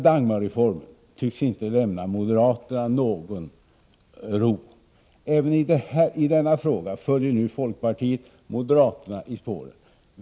Dagmarreformen tycks inte lämna moderaterna någon ro. Även i denna fråga följer folkpartiet moderaterna i spåren.